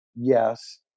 Yes